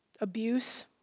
abuse